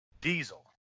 Diesel